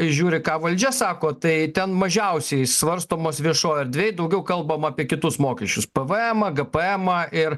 žiūri ką valdžia sako tai ten mažiausiai svarstomos viešojoj erdvėj daugiau kalbama apie kitus mokesčius pvmą gpmą ir